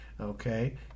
Okay